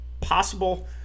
possible